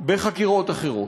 בחקירות אחרות.